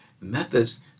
methods